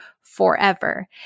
forever